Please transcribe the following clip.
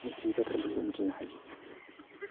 मिथियै बाथ्राफोरखौ मिथिनो हायो